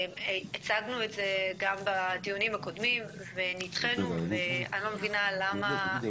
הצגנו את זה גם בדיונים הקודמים ונדחינו ואני לא מבינה למה